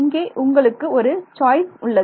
இங்கே உங்களுக்கு ஒரு சாய்ஸ் உள்ளது